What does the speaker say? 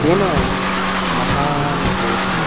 तेन महान् क्लेशः